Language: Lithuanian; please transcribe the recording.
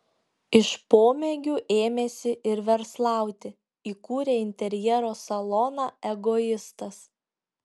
iš pomėgių ėmėsi ir verslauti įkūrė interjero saloną egoistas